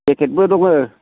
पेकेटबो दङो